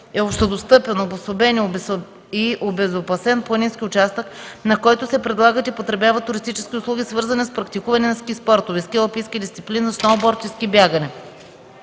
е общодостъпен, обособен и обезопасен планински участък, на който се предлагат и потребяват туристически услуги, свързани с практикуване на ски спортове (ски алпийски дисциплини, сноуборд и ски бягане).